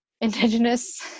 Indigenous